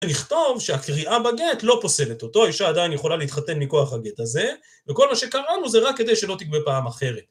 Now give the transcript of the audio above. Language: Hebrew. נכתוב שהקריעה בגט לא פוסלת אותו, האישה עדיין יכולה להתחתן מכוח הגט הזה, וכל מה שקרענו זה רק כדי שלא תגבה פעם אחרת.